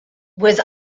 was